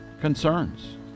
concerns